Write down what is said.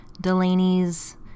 delaney's